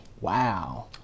Wow